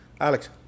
Alex